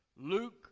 Luke